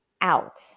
out